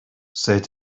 said